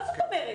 מה זאת אומרת?